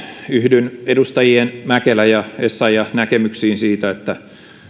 yhdyn edustajien mäkelä ja essayah näkemyksiin siitä että